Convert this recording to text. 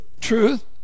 truth